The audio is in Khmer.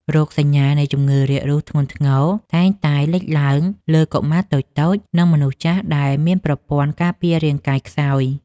រោគសញ្ញានៃជំងឺរាករូសធ្ងន់ធ្ងរតែងតែលេចឡើងលើកុមារតូចៗ និងមនុស្សចាស់ដែលមានប្រព័ន្ធការពាររាងកាយខ្សោយ។